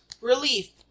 Relief